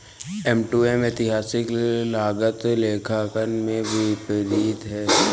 M to M ऐतिहासिक लागत लेखांकन के विपरीत है